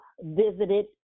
visited